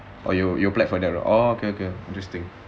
or you you applied for that ah interesting